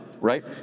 right